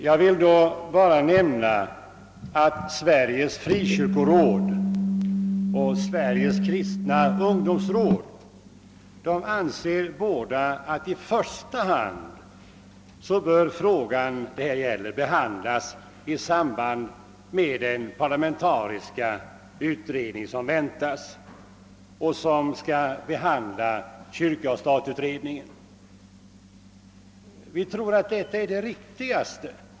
Jag vill endast nämna att Sveriges frikyrkoråd och Sveriges kristna ungdomsråd båda anser att den fråga debatten nu gäller i första hand bör be handlas av den parlamentariska utredning som väntas och som skall behandla kyrka—stat-utredningen. Vi tror att detta är det riktigaste.